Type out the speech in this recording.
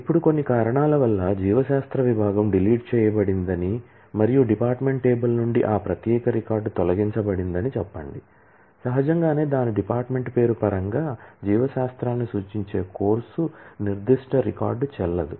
ఇప్పుడు కొన్ని కారణాల వల్ల జీవశాస్త్ర విభాగం డిలీట్ చేయబడిందని మరియు డిపార్ట్మెంట్ టేబుల్ నుండి ఆ ప్రత్యేక రికార్డు తొలగించబడిందని చెప్పండి సహజంగానే దాని డిపార్ట్మెంట్ పేరు పరంగా జీవశాస్త్రాన్ని సూచించే కోర్సు నిర్దిష్ట రికార్డ్ చెల్లదు